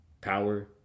power